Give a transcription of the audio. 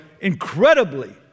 incredibly